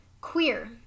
Queer